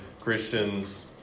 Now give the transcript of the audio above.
Christians